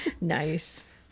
Nice